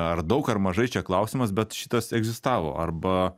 ar daug ar mažai čia klausimas bet šitas egzistavo arba